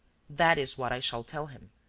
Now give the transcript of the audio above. that is what i shall tell him.